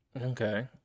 Okay